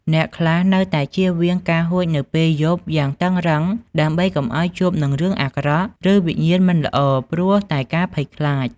អ្នកខ្លះនៅតែជៀសវាងការហួចនៅពេលយប់យ៉ាងតឹងរ៉ឹងដើម្បីកុំឲ្យជួបនឹងរឿងអាក្រក់ ឬវិញ្ញាណមិនល្អ ព្រោះតែការភ័យខ្លាច។